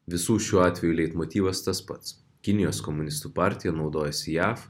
visų šiuo atveju leitmotyvas tas pats kinijos komunistų partija naudojasi jav